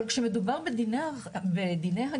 אבל, כשמדובר בדיני הגירה,